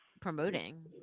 promoting